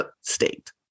state